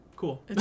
cool